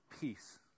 peace